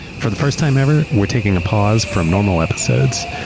for the first time ever, we're taking a pause from normal episodes.